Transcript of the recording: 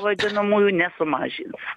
vadinamųjų nesumažins